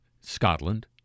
Scotland